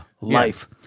life